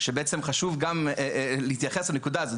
חשוב להתייחס גם לנקודה הזאת.